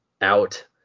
out